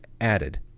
added